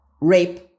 rape